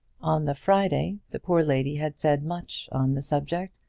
on the friday the poor lady had said much on the subject,